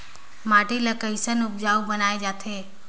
माटी ला कैसन उपजाऊ बनाय जाथे?